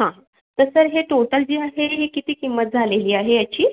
हा तर सर हे टोटल जे आहे किती किंमत झालेली आहे याची